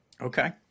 Okay